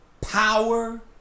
Power